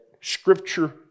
Scripture